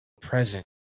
present